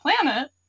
planet